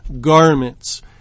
garments